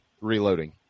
reloading